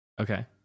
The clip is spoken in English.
Okay